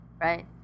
right